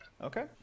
Okay